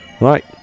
Right